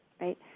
right